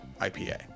IPA